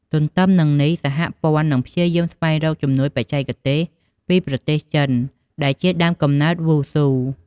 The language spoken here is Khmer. ទន្ទឹមនឹងនេះ សហព័ន្ធនឹងព្យាយាមស្វែងរកជំនួយបច្ចេកទេសពីប្រទេសចិនដែលជាដើមកំណើតវ៉ូស៊ូ។